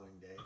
day